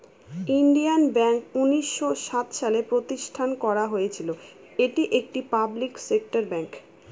Indian bank উনিশশো সাত সালে প্রতিষ্ঠান করা হয়েছিল এটি একটি পাবলিক সেক্টর ব্যাঙ্ক